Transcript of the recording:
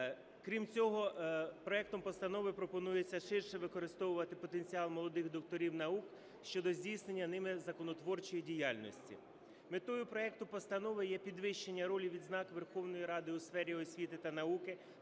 Крім цього, проектом постанови пропонується ширше використовувати потенціал молодих докторів наук щодо здійснення ними законотворчої діяльності. Метою проекту постанови є підвищення ролі відзнак Верховної Ради у сфері освіти та науки